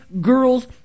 girls